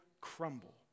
crumble